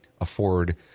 afford